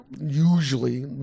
usually